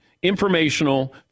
informational